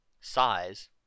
size